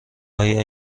آیا